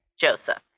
Joseph